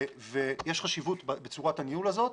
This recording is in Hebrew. יש חשיבות בצורת הניהול הזאת